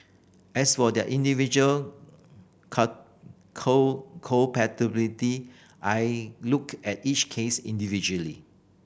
as for their individual culpability I looked at each case individually